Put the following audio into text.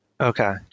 Okay